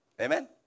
Amen